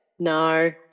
No